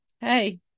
hey